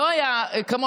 שלא היו כמונו,